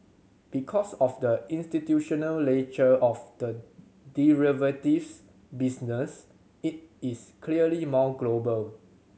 because of the institutional nature of the derivatives business it is clearly more global